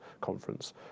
Conference